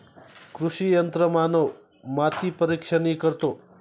कृषी यंत्रमानव माती परीक्षणही करतो